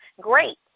great